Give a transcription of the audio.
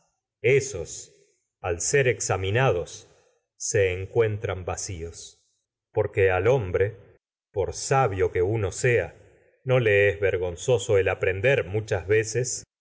ésos al ser examinados por encuentran uno sea no vacíos porque hombre sabio que le es vergonzoso el aprender allá de muchas veces